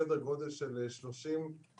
אז בסוף את אומרת,